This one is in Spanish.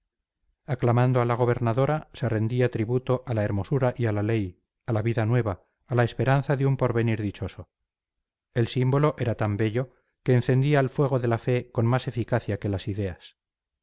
aclamando a la gobernadora se rendía tributo a la hermosura y a la ley a la vida nueva a la esperanza de un porvenir dichoso el símbolo era tan bello que encendía el fuego de la fe con más eficacia que las ideas